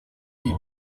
wie